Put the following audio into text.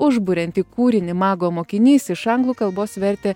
užburiantį kūrinį mago mokinys iš anglų kalbos vertė